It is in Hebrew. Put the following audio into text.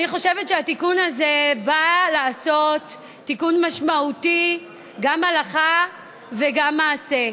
אני חושבת שהתיקון הזה בא לעשות תיקון משמעותי גם להלכה וגם למעשה.